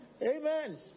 Amen